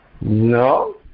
No